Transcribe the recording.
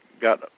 got